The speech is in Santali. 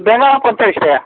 ᱵᱮᱸᱜᱟᱲ ᱦᱚᱸ ᱯᱚᱧᱛᱟᱞᱤᱥ ᱴᱟᱠᱟ